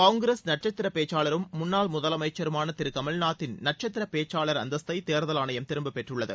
காங்கிரஸ் நட்சத்திர பேச்சாளரும் முன்னாள் முதலமைச்சருமான திரு கமல்நாத்தின் நட்சத்திர பேச்சாளர் அந்தஸ்தை தேர்தல் ஆணையம் திரும்ப பெற்றுள்ளது